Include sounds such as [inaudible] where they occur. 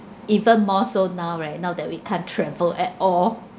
even more so now right now that we can't travel at all [laughs]